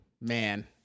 Man